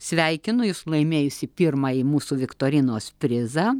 sveikinu jus laimėjusį pirmąjį mūsų viktorinos prizą